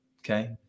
okay